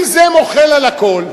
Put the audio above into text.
אם זה מוחל על הכול,